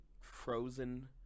frozen